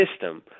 system